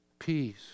Peace